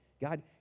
God